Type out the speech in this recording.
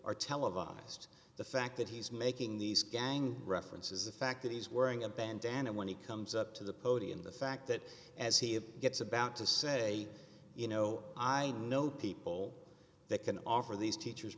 are televised the fact that he's making these gang references the fact that he's wearing a bandana when he comes up to the podium the fact that as he gets about to say you know i know people that can offer these teachers